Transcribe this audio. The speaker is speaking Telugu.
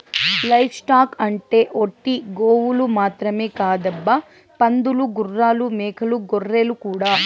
లైవ్ స్టాక్ అంటే ఒట్టి గోవులు మాత్రమే కాదబ్బా పందులు గుర్రాలు మేకలు గొర్రెలు కూడా